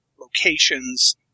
locations